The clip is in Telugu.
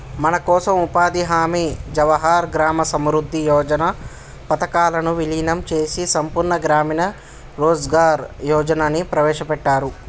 మనకోసం ఉపాధి హామీ జవహర్ గ్రామ సమృద్ధి యోజన పథకాలను వీలినం చేసి సంపూర్ణ గ్రామీణ రోజ్గార్ యోజనని ప్రవేశపెట్టారు